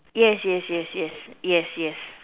yes yes yes yes yes yes yes